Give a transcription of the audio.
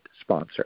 sponsor